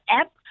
app